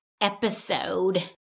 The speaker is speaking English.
episode